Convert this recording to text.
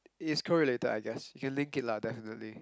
it is co-related I guess you can link it lah definitely